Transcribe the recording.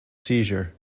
seizure